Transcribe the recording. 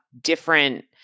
different